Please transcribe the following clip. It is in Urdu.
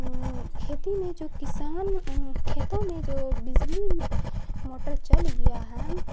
کھیتی میں جو کسان کھیتوں میں جو بجلی موٹر چل گیا ہے